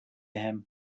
him